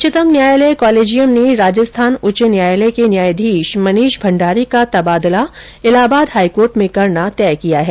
उच्चतम न्यायालय कॉलेजियम ने राजस्थान उच्च न्यायालय के न्यायाधीश मनीष भंडारी का तबादला इलाहाबाद हाईकोर्ट में करना तय किया है